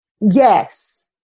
yes